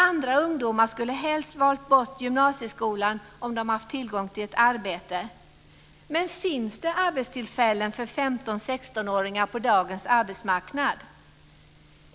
Andra ungdomar skulle helst valt bort gymnasieskolan om de haft tillgång till ett arbete. Men finns det arbetstillfällen för 15-16-åringar på dagens arbetsmarknad?